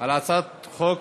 על הצעת חוק